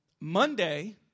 Monday